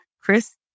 Chris